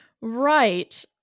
Right